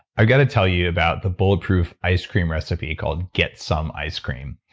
i got to tell you about the bulletproof ice cream recipe called, get some ice cream.